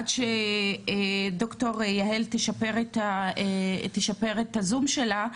עד שד"ר יהל תשפר את הזום שלה,